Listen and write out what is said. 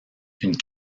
une